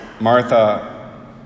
Martha